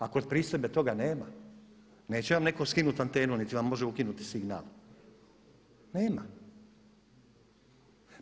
A kod pristojbe toga nema, neće vam netko skinuti antenu niti vam može ukinuti signal, nema.